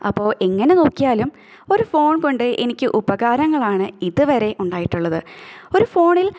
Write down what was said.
അപ്പോൾ എങ്ങനെ നോക്കിയാലും ഒരു ഫോൺ കൊണ്ട് എനിക്ക് ഉപകാരങ്ങളാണ് ഇതുവരെ ഉണ്ടായിട്ടുള്ളത് ഒരു ഫോണിൽ